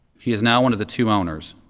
he is now one of the two owners.